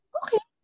okay